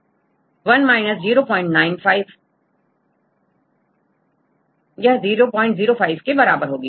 1 minus 095 छात्र 1 0 95 Student छात्र यह0 05 के बराबर होगी